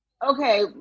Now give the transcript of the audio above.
okay